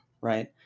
Right